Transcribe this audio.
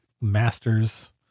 masters